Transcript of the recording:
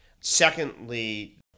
Secondly